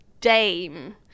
dame